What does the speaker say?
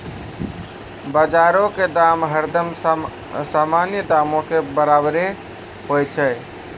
बजारो के दाम हरदम सामान्य दामो के बराबरे होय छै